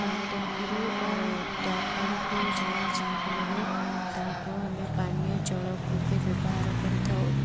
ପାଣିଟାଙ୍କିରୁ ଟ୍ୟାପପାଣିକୁ ଯାଏ ଯାହାଫଳରେ ତାହାକୁ ଆମେ ପାନୀୟଜଳ ରୂପେ ବ୍ୟବହାର କରିଥାଉ